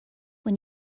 when